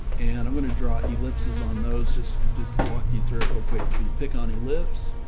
and i'm going to draw ellipses on those. just walk you through it real quick. so you pick on ellipse,